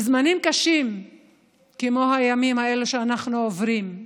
בזמנים קשים כמו הימים האלה שאנחנו עוברים,